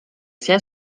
sia